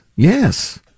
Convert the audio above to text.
Yes